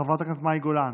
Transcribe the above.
חברת הכנסת מאי גולן,